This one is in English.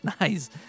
nice